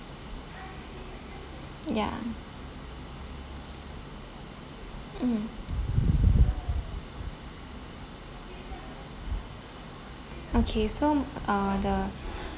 ya mm okay so uh the